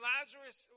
Lazarus